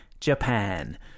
Japan